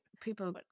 people